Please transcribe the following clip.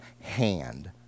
hand